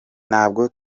ntabwo